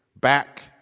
back